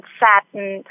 satin